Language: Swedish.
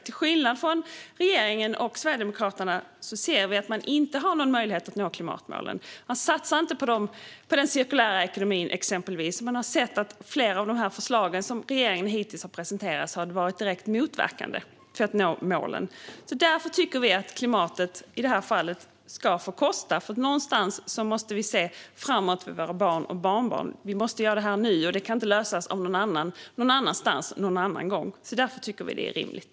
Vi ser att regeringen och Sverigedemokraterna inte har någon möjlighet att nå klimatmålen. Man satsar till exempel inte på den cirkulära ekonomin. Vi har sett att flera av de förslag som regeringen hittills har presenterat har varit direkt motverkande för att nå målen. Därför tycker vi i det här fallet att klimatet ska få kosta, för någonstans måste vi se framåt för våra barn och barnbarn. Vi måste göra det här nu. Det kan inte lösas av någon annan någon annanstans någon annan gång. Därför tycker vi att det är rimligt.